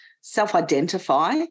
self-identify